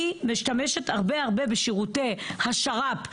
אני משתמשת הרבה הרבה בשירותי השר"פ,